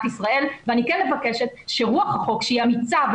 ישראל ואני כן מבקשת שרוח החוק שהיא אמיצה,